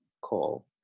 call